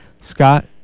Scott